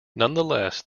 nonetheless